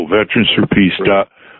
veteransforpeace.org